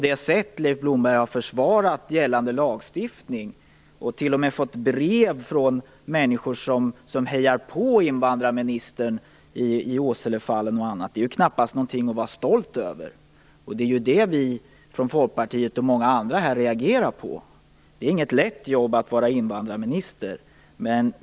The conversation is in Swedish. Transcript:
Det sätt på vilket Leif Blomberg har försvarat gällande lagstiftning - han har t.o.m. fått brev från människor som hejar på honom i Åselefallet - är knappast något att vara stolt över. Vi från Folkpartiet och många andra med oss reagerar på detta. Det är inget lätt jobb att vara invandrarminister.